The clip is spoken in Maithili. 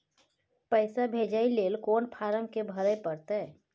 पैसा भेजय लेल कोन फारम के भरय परतै?